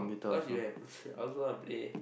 cause you have I also want to play